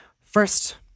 First